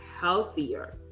healthier